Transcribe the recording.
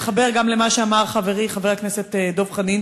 וזה גם מתחבר למה שאמר חברי חבר הכנסת דב חנין